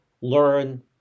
learn